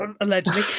allegedly